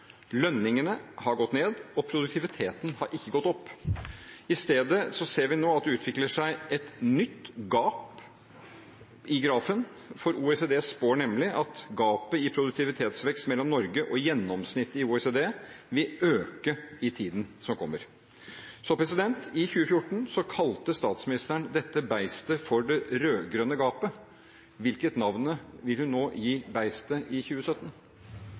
Lønningene har gått ned, og produktiviteten har ikke gått opp. I stedet ser vi nå at det utvikler seg et nytt gap i grafen. OECD spår nemlig at gapet mellom produktivitetsvekst i Norge og gjennomsnittet i OECD vil øke i tiden som kommer. I 2014 kalte statsministeren dette beistet for «Det rødgrønne gapet». Hvilket navn vil hun gi beistet nå, i 2017?